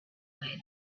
way